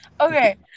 Okay